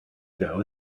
ago